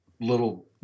little